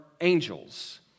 angels